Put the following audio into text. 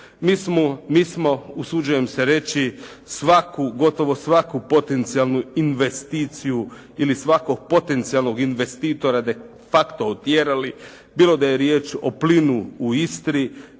Mi smo usuđujem se reći svaku, gotovo svaku potencijalnu investiciju ili svakog potencijalnog investitora de facto otjerali bilo da je riječ o plinu u Istri,